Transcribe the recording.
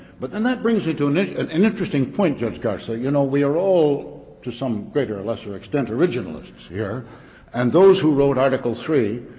but then that brings me to an and and interesting point judge garcia you know we are all to some greater or lesser extent originalists here and those who wrote article three